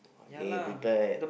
they prepared